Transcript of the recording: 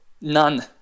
None